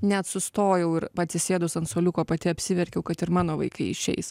net sustojau ir atsisėdus ant suoliuko pati apsiverkiau kad ir mano vaikai išeis